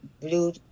blue